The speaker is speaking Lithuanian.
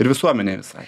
ir visuomenei visai